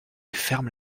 ferme